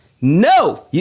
No